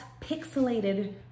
pixelated